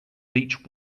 beech